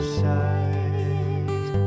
side